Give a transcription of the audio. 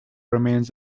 remains